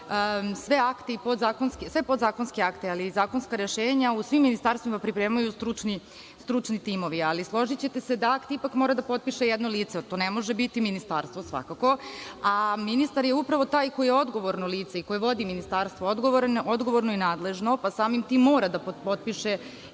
akte, podzakonske akte, ali i zakonska rešenja u svim ministarstvima pripremaju stručni timovi. Složićete se da akt ipak mora da potpiše jedno lice, a to ne može biti ministarstvo. Ministar je upravo taj koji je odgovorno lice i koje vodi ministarstvo, koje je odgovorno i nadležno, pa samim tim mora da potpiše i